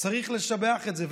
צריך לשבח את זה,